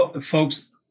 folks